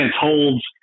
holds